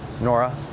Nora